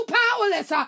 powerless